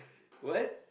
what